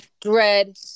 dread